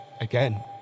again